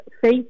faith